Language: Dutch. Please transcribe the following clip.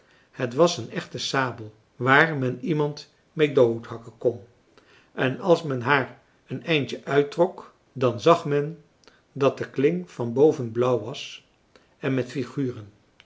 het was een echte sabel waar men iemand mee doodhakken kon en als men haar een eindje uittrok dan zag men dat de kling van boven blauw was en met figuren